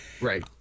Right